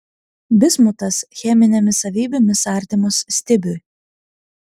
bismutas cheminėmis savybėmis artimas stibiui